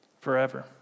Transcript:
forever